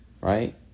right